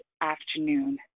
afternoon